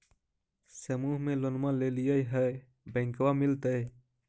समुह मे लोनवा लेलिऐ है बैंकवा मिलतै?